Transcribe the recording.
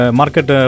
market